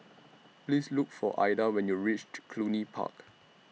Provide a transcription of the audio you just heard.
Please Look For Adah when YOU REACH Cluny Park